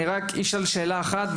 אני רק אשאל שאלה אחת,